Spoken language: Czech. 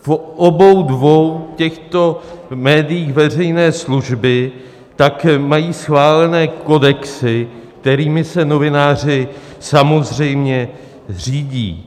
V obou dvou těchto médiích veřejné služby mají schválené kodexy, kterými se novináři samozřejmě řídí.